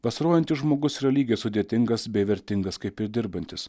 vasarojantis žmogus yra lygiai sudėtingas bei vertingas kaip ir dirbantis